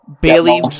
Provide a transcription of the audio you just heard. Bailey